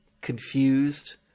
confused